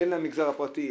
בין המגזר הפרטי,